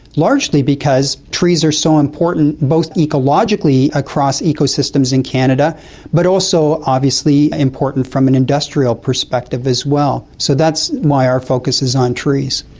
largely because trees are so important, both ecologically across ecosystems in canada but also obviously important from an industrial perspective as well. so that's why our focus is on trees.